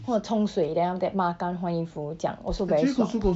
我冲水 then after that 抹干换衣服这样 also very 爽